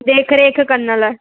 देखि रेखि करण लाइ